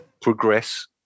progress